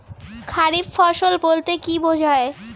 খারিফ ফসল বলতে কী বোঝায়?